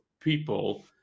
people